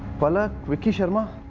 palak, vicky sharma.